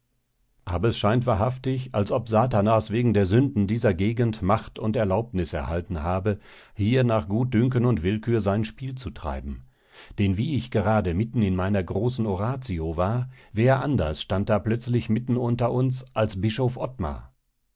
aber es scheint wahrhaftig als ob satanas wegen der sünden dieser gegend macht und erlaubnis erhalten habe hier nach gutdünken und willkür sein spiel zu treiben denn wie ich gerade mitten in meiner großen oratio war wer anders stand da plötzlich mitten unter uns als bischof ottmar